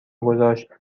گذاشت